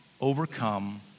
overcome